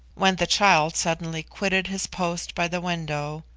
when the child suddenly quitted his post by the window,